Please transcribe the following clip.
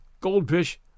goldfish